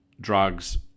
drugs